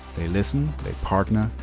they listen, they partner,